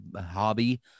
hobby